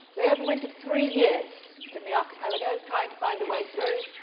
they overwintered three years in the archipelago trying to find a way through.